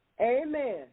Amen